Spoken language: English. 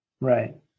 Right